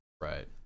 right